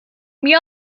mir